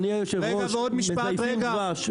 אדוני יושב הראש, מזייפים דבש.